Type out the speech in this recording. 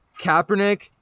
Kaepernick